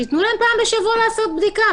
שייתנו להם פעם בשבוע לעשות בדיקה.